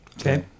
Okay